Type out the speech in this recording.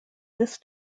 this